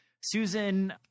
Susan